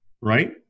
Right